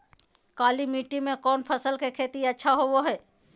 काली मिट्टी में कौन फसल के खेती अच्छा होबो है?